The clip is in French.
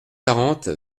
quarante